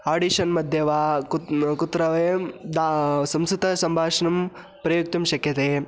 audition मध्ये वा कु कुत्र वयं दा संस्कृतसम्भाषणं प्रयुक्तुं शक्यते